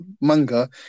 manga